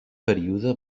període